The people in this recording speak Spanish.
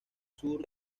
sur